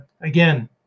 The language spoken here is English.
again